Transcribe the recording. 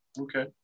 okay